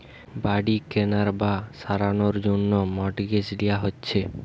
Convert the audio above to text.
বাড়ি কেনার বা সারানোর জন্যে মর্টগেজ লিয়া হচ্ছে